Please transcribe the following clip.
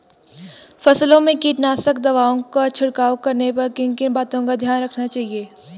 फसलों में कीटनाशक दवाओं का छिड़काव करने पर किन किन बातों को ध्यान में रखना चाहिए?